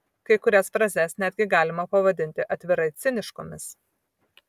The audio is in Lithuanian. kai kurias frazes netgi galima pavadinti atvirai ciniškomis